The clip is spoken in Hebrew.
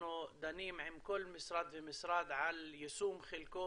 שאנחנו דנים עם כל משרד ומשרד על יישום חלקו